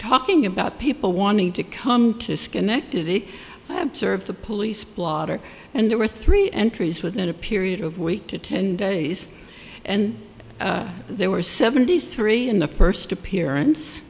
talking about people wanting to come to schenectady observed the police blotter and there were three entries within a period of week to ten days and there were seventy three in the first appearance